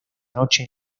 noche